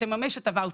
שתממש את הוואוצ'ר.